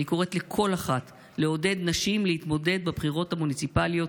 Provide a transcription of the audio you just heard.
ואני קוראת לכל אחת לעודד נשים להתמודד בבחירות המוניציפליות.